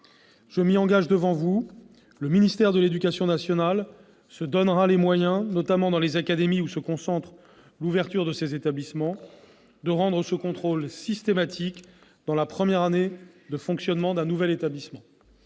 Je m'y engage devant vous : le ministère de l'éducation nationale se donnera les moyens, notamment dans les académies où se concentrent les ouvertures de tels établissements, de rendre ce contrôle systématique dans la première année de fonctionnement d'un nouvel établissement.